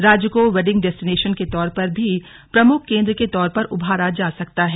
राज्य को wedding destination के तौर पर भी प्रमुख केंद्र के तौर पर उभारा जा सकता है